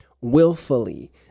willfully